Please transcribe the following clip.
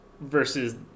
versus